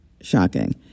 shocking